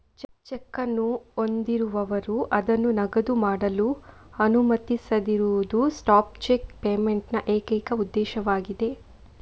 check ಅನ್ನು ಹೊಂದಿರುವವರು ಅದನ್ನು ನಗದು ಮಾಡಲು ಅನುಮತಿಸದಿರುವುದು ಸ್ಟಾಪ್ ಚೆಕ್ ಪೇಮೆಂಟ್ ನ ಏಕೈಕ ಉದ್ದೇಶವಾಗಿದೆ